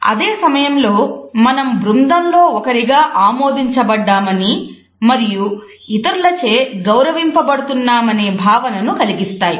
అదే సమయంలో మనం బృందంలో ఒకరిగా ఆమోదించబడ్డామని మరియు ఇతరులచే గౌరవింపబడుతున్నామనే భావనను కలిగిస్తాయి